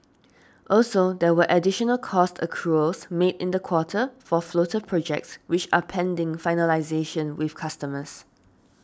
also there were additional cost accruals made in the quarter for floater projects which are pending finalisation with customers